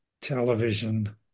television